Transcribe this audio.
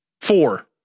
Four